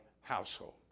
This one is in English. household